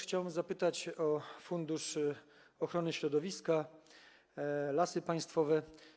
Chciałbym też zapytać o fundusz ochrony środowiska, Lasy Państwowe.